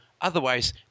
Otherwise